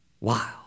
Wow